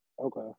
Okay